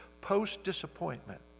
post-disappointment